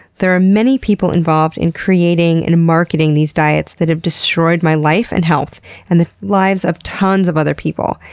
there are many people involved in creating and marketing these diets that have destroyed my life and health and the lives of tons of other people.